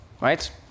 right